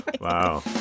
Wow